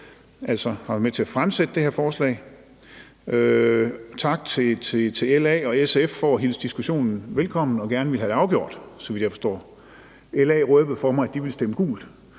at de har været med til at fremsætte det her forslag. Og tak til LA og SF for at hilse diskussionen velkommen og for gerne at ville have det afgjort, så vidt jeg forstår. LA røbede for mig, at de ville stemme gult.